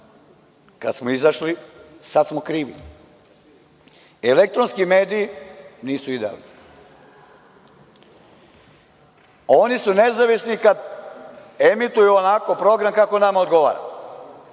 Kad smo izašli, sad smo krivi. Elektronski mediji nisu idealni. Oni su nezavisni kad emituju onako program kako nama odgovara.